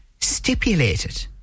stipulated